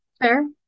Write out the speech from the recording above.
Fair